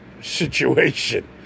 situation